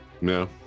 no